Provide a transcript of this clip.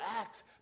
Acts